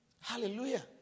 Hallelujah